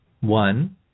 One